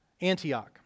Antioch